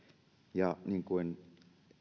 ja niin kuin